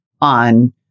on